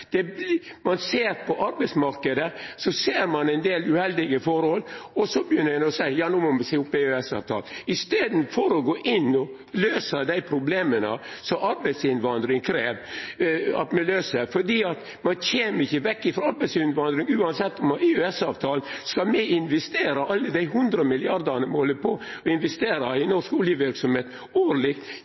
Når ein ser på arbeidsmarknaden, ser ein ein del uheldige forhold, og så begynner ein å seia at no må me seia opp EØS-avtalen, i staden for å gå inn og løysa dei problema som arbeidsinnvandring krev at me løyser. Ein kjem ikkje vekk frå arbeidsinnvandring uansett om me har EØS-avtalen, om me skal investera alle dei hundre milliardane me held på å investera i norsk oljeverksemd årleg.